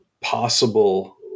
possible